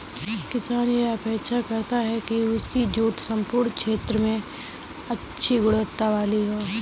किसान यह अपेक्षा करता है कि उसकी जोत के सम्पूर्ण क्षेत्र में अच्छी गुणवत्ता वाली हो